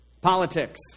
Politics